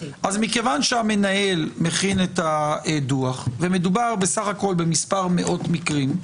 היום אז מכיוון שהמנהל מכין את הדו"ח ומדובר בסך-הכול במאות מקרים,